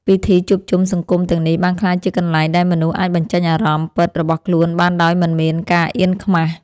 ពិធីជួបជុំសង្គមទាំងនេះបានក្លាយជាកន្លែងដែលមនុស្សអាចបញ្ចេញអារម្មណ៍ពិតរបស់ខ្លួនបានដោយមិនមានការអៀនខ្មាស។